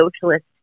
socialist